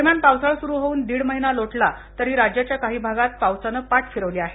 दरम्यान पावसाळा सुरु होवून दीड महिना लोटला तरी राज्याच्या काही भागात पावसानं पाठ फिरवली आहे